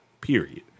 period